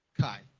Kai